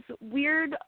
weird